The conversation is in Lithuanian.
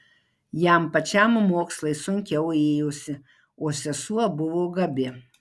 jam pačiam mokslai sunkiau ėjosi o sesuo buvo gabi